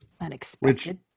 Unexpected